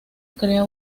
crea